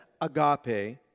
agape